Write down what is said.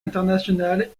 international